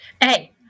Hey